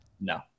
No